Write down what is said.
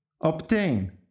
obtain